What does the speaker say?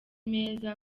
meza